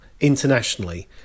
internationally